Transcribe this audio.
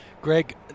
Greg